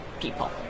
people